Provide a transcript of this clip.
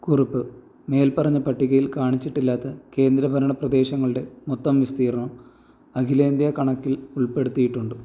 കുറിപ്പ് മേൽപ്പറഞ്ഞ പട്ടികയിൽ കാണിച്ചിട്ടില്ലാത്ത കേന്ദ്രഭരണപ്രദേശങ്ങൾടെ മൊത്തം വിസ്തീർണ്ണം അഖിലേന്ത്യ കണക്കിൽ ഉൾപ്പെടുത്തിയിട്ടുണ്ട്